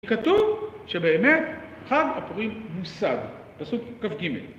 כתוב שבאמת חג הפורים מוסד, פסוק כ"ג.